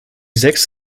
sechs